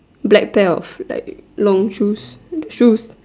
black pair of like long shoes shoes